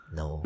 no